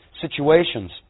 situations